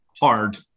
Hard